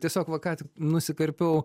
tiesiog va ką tik nusikarpiau